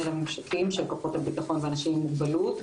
--- של כוחות הביטחון ואנשים עם מוגבלות,